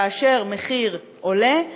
כאשר המחיר עולה,